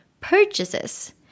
purchases